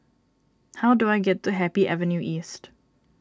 how do I get to Happy Avenue East